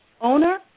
owner